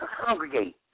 congregate